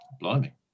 Blimey